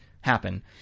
happen